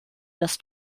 das